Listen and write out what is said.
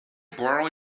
borrow